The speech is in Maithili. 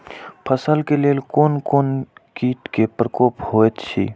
फसल के लेल कोन कोन किट के प्रकोप होयत अछि?